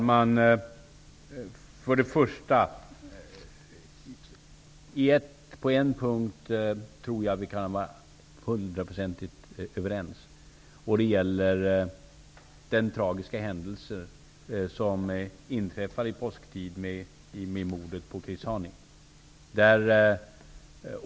Herr talman! På en punkt tror jag att vi kan vara hundraprocentigt överens. Det gäller den tragiska händelse som inträffade i påsktid i och med mordet på Chris Hani.